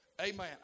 Amen